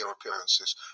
appearances